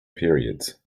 periods